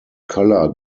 color